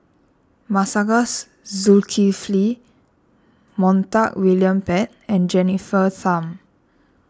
Masagos Zulkifli Montague William Pett and Jennifer Tham